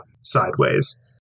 sideways